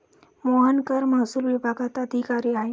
मोहन कर महसूल विभागात अधिकारी आहे